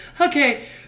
okay